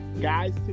guys